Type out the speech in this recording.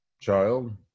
child